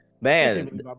man